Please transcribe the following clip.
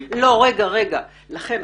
לכן,